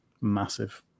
Massive